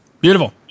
beautiful